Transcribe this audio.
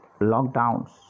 lockdowns